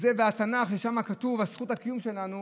וזה מהתנ"ך, שם כתוב על זכות הקיום שלנו.